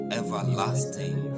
everlasting